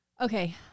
Okay